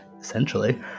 essentially